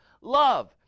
love